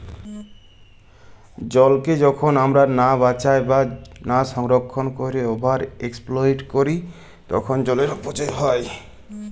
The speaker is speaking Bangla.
জলকে যখল আমরা লা বাঁচায় বা লা সংরক্ষল ক্যইরে ওভার এক্সপ্লইট ক্যরি তখল জলের অপচয় হ্যয়